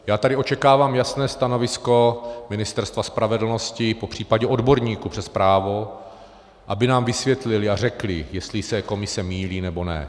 Já tady očekávám jasné stanovisko Ministerstva spravedlnosti, popřípadě odborníků přes právo, aby nám vysvětlili a řekli, jestli se komise mýlí, nebo ne.